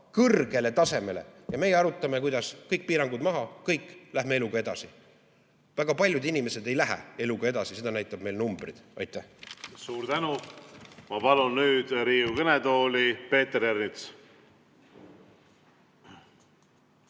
kõrgele tasemele jõudnud, aga meie arutame, kuidas kõik piirangud maha võtta – kõik, läheme eluga edasi. Väga paljud inimesed ei lähe eluga edasi, seda näitavad meile numbrid. Aitäh! Suur tänu! Ma palun nüüd Riigikogu kõnetooli Peeter Ernitsa.